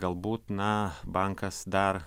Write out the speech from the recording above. galbūt na bankas dar